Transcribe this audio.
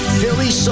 Philly